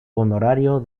honorario